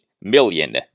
million